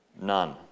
None